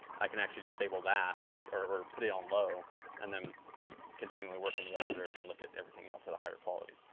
i can actually disable that or put it on low and then continually work in the editor and look at everything else at a higher quality.